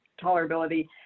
tolerability